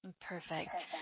Perfect